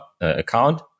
account